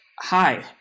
Hi